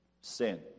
sin